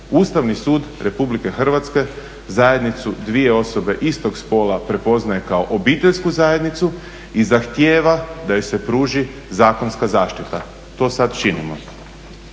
Ustavni sud RH zajednicu dvije osobe istog spola prepoznaje kao obiteljsku zajednicu i zahtjeva da joj se pruži zakonska zaštita. To sad činimo.